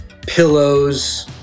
pillows